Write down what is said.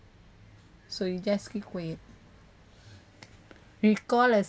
so you just keep quiet recall a